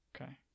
Okay